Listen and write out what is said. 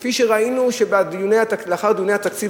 כפי שראינו שלאחר דיוני התקציב